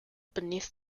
beneath